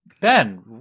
ben